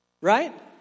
Right